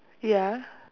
ya